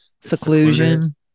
seclusion